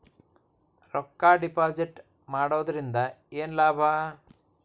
ರೊಕ್ಕ ಡಿಪಾಸಿಟ್ ಮಾಡುವುದರಿಂದ ಏನ್ ಲಾಭ?